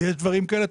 ויש דברים כאלה,